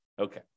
Okay